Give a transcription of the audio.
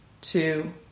two